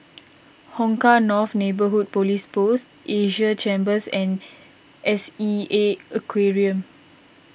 Hong Kah North Neighbourhood Police Post Asia Chambers and S E A Aquarium